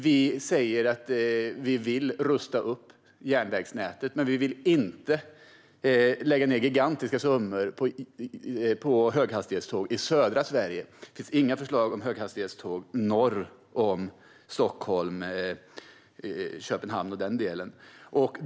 Vi säger att vi vill rusta upp järnvägsnätet, men vi vill inte lägga gigantiska summor på höghastighetståg i södra Sverige. Det finns inga förslag om höghastighetståg norr om Stockholm och Köpenhamn och den delen.